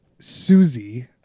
Susie